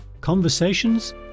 conversations